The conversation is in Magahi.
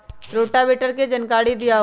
रोटावेटर के जानकारी दिआउ?